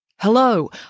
Hello